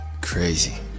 crazy